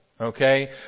okay